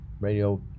radio